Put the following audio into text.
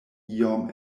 iom